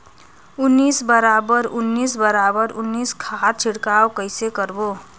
उन्नीस बराबर उन्नीस बराबर उन्नीस खाद छिड़काव कइसे करबो?